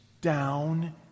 down